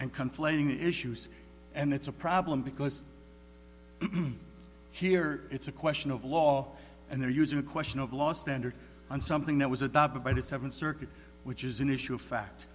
and conflating issues and it's a problem because here it's a question of law and they're using a question of last entered on something that was adopted by the seventh circuit which is an issue of fact